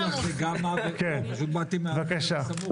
כן, בבקשה.